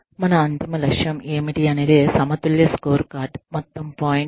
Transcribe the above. మన అంతిమ లక్ష్యం ఏమిటి అనేదే సమతుల్య స్కోర్కార్డ్ మొత్తం పాయింట్ అది